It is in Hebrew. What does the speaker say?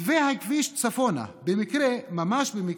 מתווה הכביש צפונה במקרה, ממש במקרה,